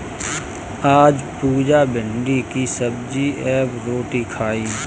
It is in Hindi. आज पुजा भिंडी की सब्जी एवं रोटी खाई